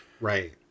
Right